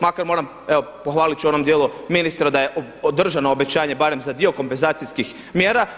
Makar moram, evo pohvalit ću u onom dijelu ministra da je održano obećanje barem za dio kompenzacijskih mjera.